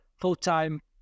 full-time